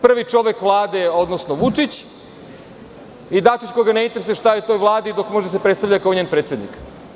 Prvi čovek Vlade, odnosno Vučić i Dačić koga ne interesuje šta je to u Vladi dok može da se predstavlja kao njen predsednik.